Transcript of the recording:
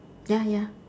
ya ya